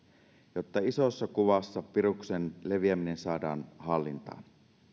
jotta isossa kuvassa viruksen leviäminen saadaan hallintaan